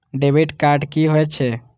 Debit card कि होई छै?